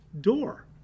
door